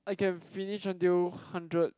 I can finish until hundred